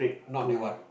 not that one